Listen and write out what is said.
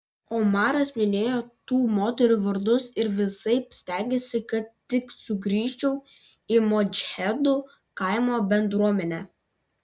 omaras minėjo tų moterų vardus ir visaip stengėsi kad tik sugrįžčiau į modžahedų kaimo bendruomenę